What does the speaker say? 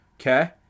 Okay